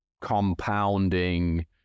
compounding